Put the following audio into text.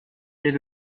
est